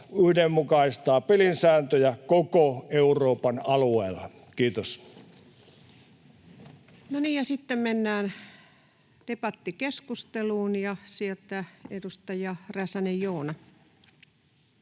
yhdenmukaistaa pelin sääntöjä koko Euroopan alueella. — Kiitos. No niin, ja sitten mennään debattikeskusteluun. — Ja sieltä edustaja Räsänen, Joona.